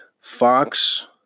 Fox